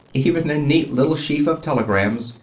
even a neat little sheaf of telegrams,